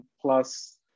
plus